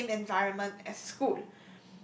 same environment as school